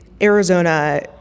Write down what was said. Arizona